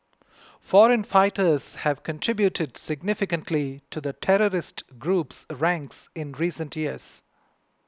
foreign fighters have contributed significantly to the terrorist group's ranks in recent years